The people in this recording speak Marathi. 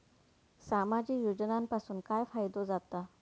सामाजिक योजनांपासून काय फायदो जाता?